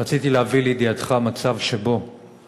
רציתי להביא לידיעתך מצב שבו